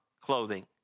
clothing